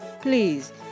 please